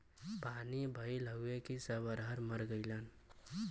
पानी भईल हउव कि सब अरहर मर गईलन सब